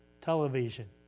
television